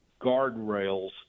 guardrails